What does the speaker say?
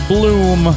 Bloom